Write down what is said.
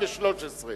וחבל להטעות את הכנסת.